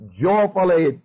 joyfully